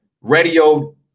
radio